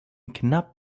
knapp